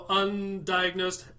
undiagnosed